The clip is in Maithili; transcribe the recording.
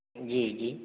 जी जी